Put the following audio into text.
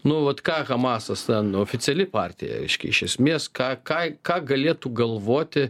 vu vat ką hamasas ten oficiali partija reiškia iš esmės ką ką ką galėtų galvoti